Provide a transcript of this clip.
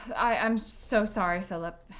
i'm so sorry philip,